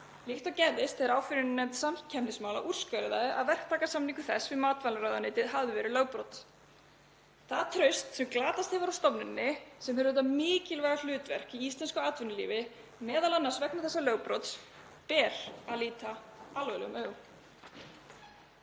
líkt og gerðist þegar áfrýjunarnefnd samkeppnismála úrskurðaði að verktakasamningur þess við matvælaráðuneytið hefði verið lögbrot. Það traust sem glatast hefur á stofnuninni sem hefur þetta mikilvæga hlutverk í íslensku atvinnulífi, m.a. vegna þessa lögbrots, ber að líta alvarlegum augum.